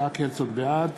בעד